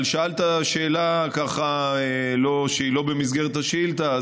אבל שאלת שאלה שהיא לא במסגרת השאילתה,